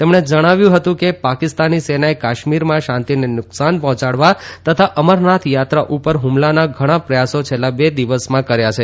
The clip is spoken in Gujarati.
તેમણે જણાવ્યું હતું કેપાકિસ્તાની સેનાએ કાશ્મીરમાં શાંતિને નુકસાન પહોંચાડવા તથા અમરનાથ યાત્રા ઉપર હુમલાના ઘણાં પ્રયાસો છેલ્લા બે દિવસમાં કર્યા છે